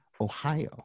Ohio